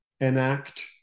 enact